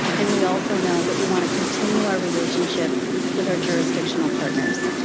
and we also know that we want to continue our relationship with our jurisdictional partners.